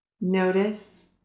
Notice